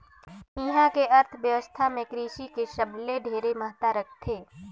इहां के अर्थबेवस्था मे कृसि हर सबले ढेरे महत्ता रखथे